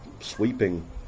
sweeping